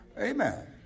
Amen